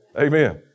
Amen